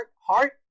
heart